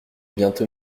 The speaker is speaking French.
bientôt